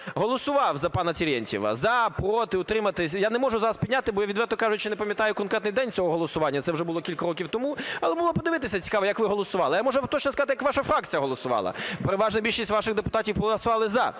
голосував за пана Терентьєва – "за", "проти", "утриматися". Я не можу зараз підняти, бо я, відверто кажучи, не пам'ятаю конкретний день цього голосування, це вже було кілька років тому, але було б подивитися цікаво, як ви голосували. Я можу вам точно сказати, як ваша фракція голосувала, переважна більшість ваших депутатів проголосували "за",